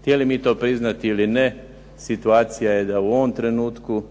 htjeli mi to priznati ili ne situacija je da u ovom trenutku,